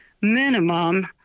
minimum